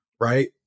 Right